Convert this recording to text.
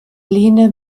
lehne